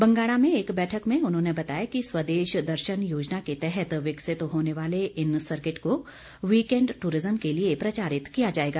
बंगाणा में एक बैठक में उन्होंने बताया कि स्वदेश दर्शन योजना के तहत विकसित होने वाले इन सर्किट को वीकेंड ट्रिज्म के लिए प्रचारित किया जाएगा